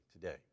today